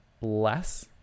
less